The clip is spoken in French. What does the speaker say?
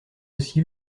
aussi